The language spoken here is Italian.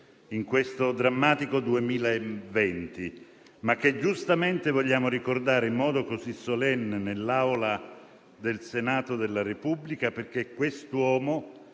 in questo drammatico 2020. Lo vogliamo giustamente ricordare in modo così solenne nell'Aula del Senato della Repubblica, perché quest'uomo